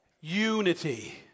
unity